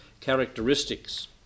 characteristics